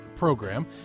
Program